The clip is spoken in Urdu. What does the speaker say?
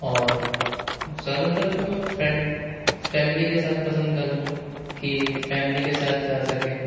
اور زیادہ تر تو میں فینٹ فیملی کے ساتھ پسند کروں گا کہ فیملی کے ساتھ جا سکیں